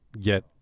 get